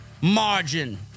margin